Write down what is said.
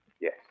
Yes